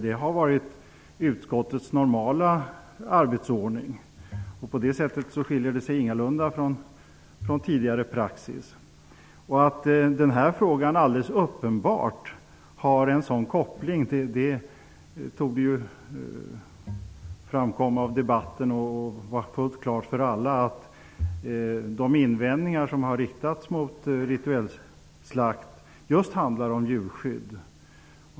Det har varit utskottets normala arbetsordning. Det skiljer sig ingalunda från tidigare praxis. Att den här frågan alldeles uppenbart har en koppling till dessa områden torde ha framkommit i debatten och vara fullt klart för alla. De invändningar som har riktats mot rituell slakt handlar just om djurskydd.